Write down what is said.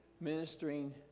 ministering